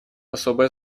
особое